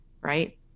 right